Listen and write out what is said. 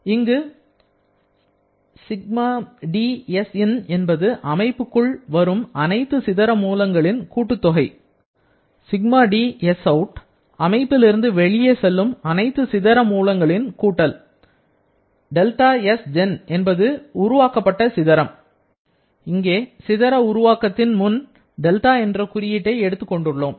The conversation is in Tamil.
இங்கு ΣdSin என்பது அமைப்புக்குள் வரும் அனைத்து சிதற மூலங்களின் கூட்டல் தொகை ΣdSout வீட்டிலிருந்து வெளியே செல்லும் அனைத்து சிதற மூலங்களின் கூட்டல் δSgen என்பது உருவாக்கப்பட்ட சிதறம் இங்கே சிதற உருவாக்கத்தின் முன் 'δ' என்ற குறியீட்டை எடுத்துக் கொண்டுள்ளோம்